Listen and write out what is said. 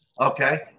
Okay